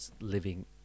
living